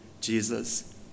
Jesus